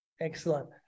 excellent